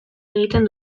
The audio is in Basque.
egiten